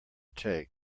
take